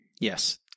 Yes